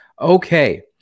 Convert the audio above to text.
Okay